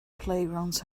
playgrounds